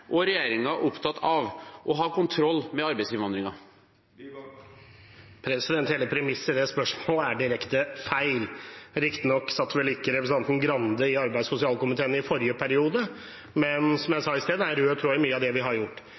og regjeringen opptatt av å ha kontroll med arbeidsinnvandringen? Hele premisset ved spørsmålet er direkte feil. Riktignok satt vel ikke representanten Grande i arbeids- og sosialkomiteen i forrige periode, men som jeg sa i sted, er det en rød tråd i mye av det vi har gjort.